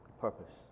purpose